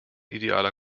idealer